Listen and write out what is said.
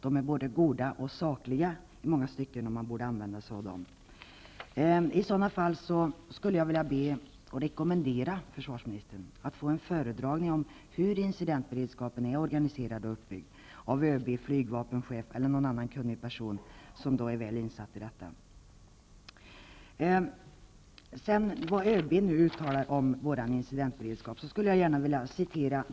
De är i många stycken både goda och sakliga, och man borde använda sig av dem. Jag skulle under sådana förhållanden vilja rekommendera försvarsministern att ordna med att från ÖB, flygvapenchefen eller någon annan person som är väl insatt i detta få en föredragning om hur incidentberedskapen är organiserad och uppbyggd.